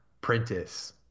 Prentice